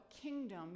kingdom